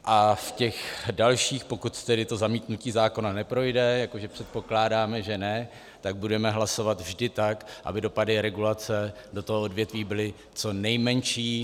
A v těch dalších, pokud zamítnutí zákona neprojde, jako že předpokládáme, že ne, budeme hlasovat vždy tak, aby dopady regulace do toho odvětví byly co nejmenší.